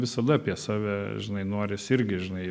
visada apie save žinai norisi irgi žinai